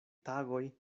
tagoj